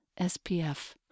SPF